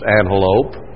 antelope